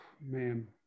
man